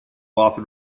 often